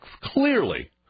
clearly